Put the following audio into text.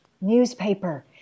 newspaper